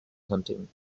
hunting